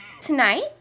Tonight